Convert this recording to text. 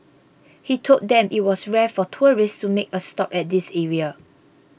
he told them it was rare for tourists to make a stop at this area